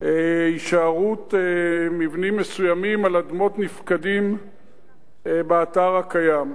הישארות מבנים מסוימים על אדמות נפקדים באתר הקיים.